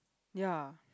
ya